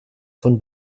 von